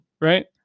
right